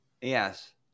yes